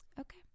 okay